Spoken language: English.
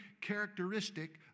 characteristic